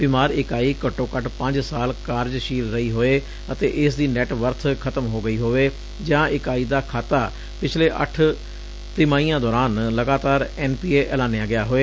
ਬੀਮਾਰ ਇਕਾਈ ਘੱਟੋ ਘੱਟ ਪੰਜ ਸਾਲ ਕਾਰਜਸੀਲ ਰਹੀ ਹੋਵੇ ਅਤੇ ਇਸ ਦੀ ਨੈਟ ਵਰਥ ਖਤਮ ਹੋ ਗਈ ਹੋਵੇ ਜਾ ਇਕਾਈ ਦਾ ਖਾਤਾ ਪਿੱਛਲੇ ਅੱਠ ਤਿਮਾਹੀਆਂ ਦੌਰਾਨ ਲਗਾਤਾਰ ਐਨਪੀਏ ਐਲਾਨਿਆ ਗਿਆ ਹੋਵੇ